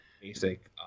basic